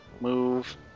move